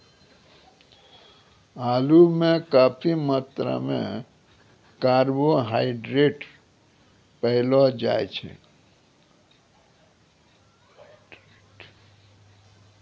आलू म काफी मात्रा म कार्बोहाइड्रेट पयलो जाय छै